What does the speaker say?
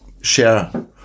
share